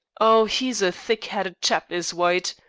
oh, he's a thick-headed chap, is white.